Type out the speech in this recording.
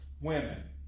women